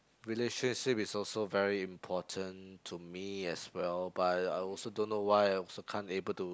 relationship is also very important to me as well but I also don't know why I also can't able to